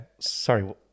sorry